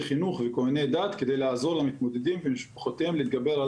חינוך וכוהני דת כדי לעזור למתמודדים ומשפחותיהם להתגבר על